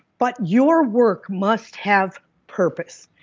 but your work must have purpose.